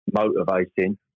motivating